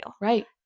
Right